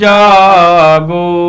Jago